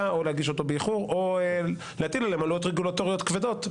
או להגיש אותו באיחור או להטיל עליהם עלויות רגולטוריות כבדות.